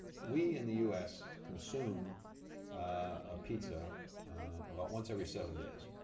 we in the u s. consume a pizza about once every seven days.